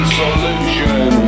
solution